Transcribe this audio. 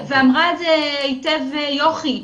ואמרה את זה היטב יוכי.